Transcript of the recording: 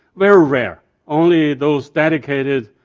very rare. only those dedicated,